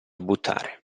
buttare